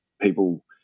people